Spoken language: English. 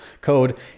code